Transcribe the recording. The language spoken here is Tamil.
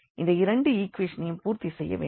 இது இரண்டு ஈக்வேஷனையும் பூர்த்தி செய்ய வேண்டும்